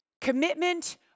Commitment